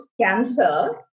cancer